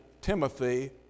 Timothy